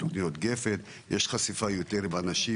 יש חשיפה לאנשים,